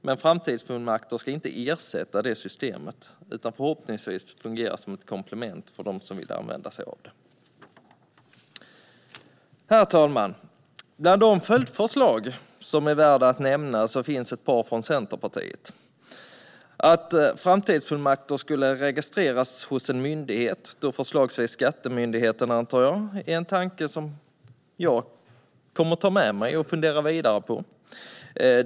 Men framtidsfullmakter ska inte ersätta det systemet utan förhoppningsvis fungera som ett komplement för dem som vill använda sig av det. Herr talman! Bland de följdförslag som är värda att nämna finns ett par från Centerpartiet. Att framtidsfullmakter skulle registreras hos en myndighet - förslagsvis Skattemyndigheten antar jag - är en tanke som jag kommer att ta med mig och fundera vidare på.